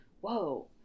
whoa